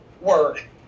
work